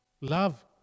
love